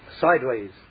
sideways